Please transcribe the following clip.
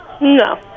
No